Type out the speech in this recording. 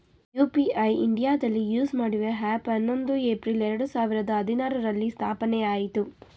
UPI ಇಂಡಿಯಾದಲ್ಲಿ use ಮಾಡುವ app ಹನ್ನೊಂದು ಏಪ್ರಿಲ್ ಎರಡು ಸಾವಿರದ ಹದಿನಾರುರಲ್ಲಿ ಸ್ಥಾಪನೆಆಯಿತು